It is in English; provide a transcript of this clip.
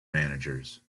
managers